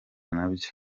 nabyo